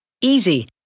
Easy